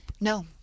No